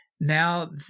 Now